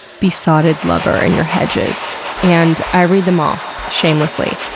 besotted lover in your hedges and i read them all, shamelessly.